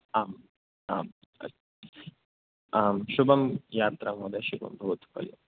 आम् आम् अस्तु आं शुभं यात्रा महोदय शुभं भवतु